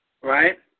right